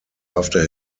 after